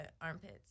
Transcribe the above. armpits